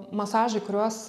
masažai kuriuos